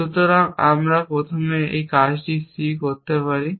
সুতরাং প্রথম যে কাজটি আমরা C করতে পারি